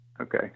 okay